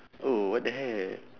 oh what the hell